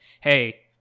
hey